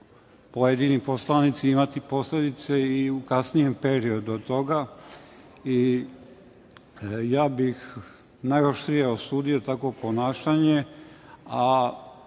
pojedini poslanici imati posledice i u kasnijem periodu od toga. Ja bih najoštrije osudio takvo ponašanje. Setite